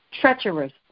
treacherous